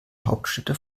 hauptstädte